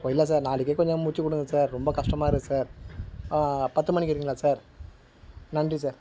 ஓ இல்லை சார் நாளைக்கே கொஞ்சம் முடித்துக் கொடுங்க சார் ரொம்ப கஷ்டமாக இருக்குது சார் பத்து மணிக்கு இருக்கீங்களா சார் நன்றி சார்